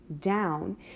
down